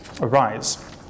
arise